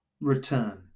return